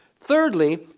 Thirdly